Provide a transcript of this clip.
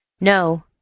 No